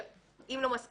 כאשר לא מסכימים,